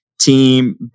team